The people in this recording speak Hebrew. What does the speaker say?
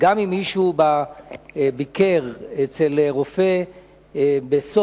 מישהו ביקר ב-31